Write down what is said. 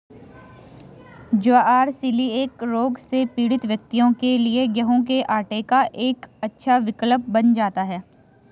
ज्वार coeliac रोग से पीड़ित व्यक्तियों के लिए गेहूं के आटे का एक अच्छा विकल्प बन जाता है